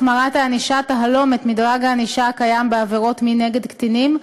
החמרת הענישה תהלום את מדרג הענישה הקיים בעבירות מין נגד קטינים,